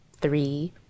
three